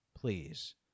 please